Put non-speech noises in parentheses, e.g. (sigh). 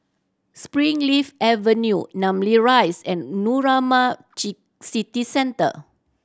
Springleaf Avenue Namly Rise and (unintelligible) City Centre